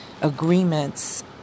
agreements